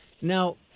Now